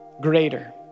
greater